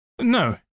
No